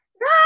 No